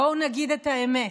בואו נגיד את האמת,